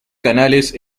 canales